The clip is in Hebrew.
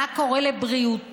מה קורה לבריאותו.